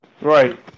Right